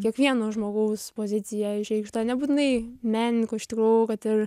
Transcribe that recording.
kiekvieno žmogaus pozicija išreikšta nebūtinai menininko iš tikrųjų kad ir